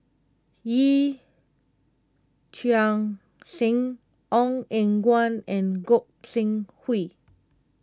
Yee Chia Hsing Ong Eng Guan and Gog Sing Hooi